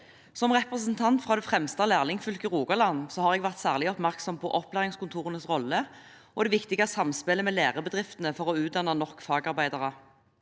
Som representant fra det fremste lærlingfylket, Rogaland, har jeg vært særlig oppmerksom på opplæringskontorenes rolle og det viktige samspillet med lærebedriftene for å utdanne nok fagarbeidere.